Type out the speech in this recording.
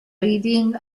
reading